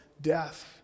death